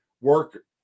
work